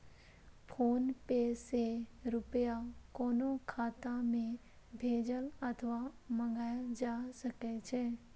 PhonePe सं रुपया कोनो खाता मे भेजल अथवा मंगाएल जा सकै छै